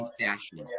fashion